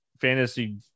fantasy